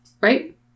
right